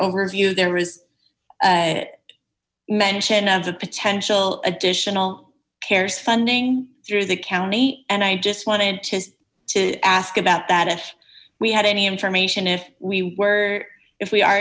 overview there was mention of a potential additional cares funding through the county and i just wanted to to ask about that if we had any information if we were if we are